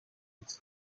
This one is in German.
ins